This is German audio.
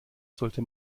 sollte